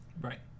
right